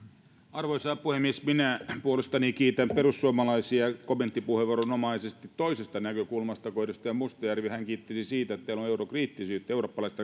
arvoisa puhemies minä puolestani kiitän perussuomalaisia kommenttipuheenvuoronomaisesti toisesta näkökulmasta kuin edustaja mustajärvi hän kiitteli siitä että teillä on eurokriittisyyttä